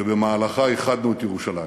שבמהלכה איחדנו את ירושלים.